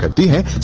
ah da